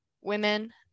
women